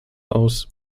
aus